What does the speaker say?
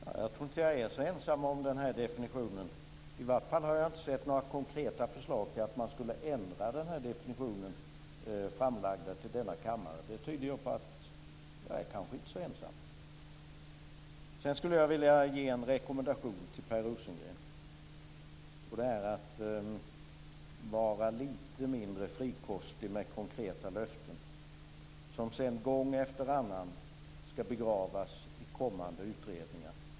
Fru talman! Jag tror inte att jag är så ensam om den här definitionen. I varje fall har jag inte sett några konkreta förslag om att ändra den framlagda i denna kammare. Det tyder på att jag kanske inte är så ensam. Sedan skulle jag vilja ge en rekommendation till Per Rosengren, och det är att vara lite mindre frikostig med konkreta löften som sedan gång efter annan ska begravas i kommande utredningar.